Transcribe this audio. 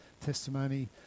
testimony